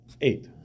eight